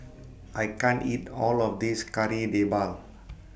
I can't eat All of This Kari Debal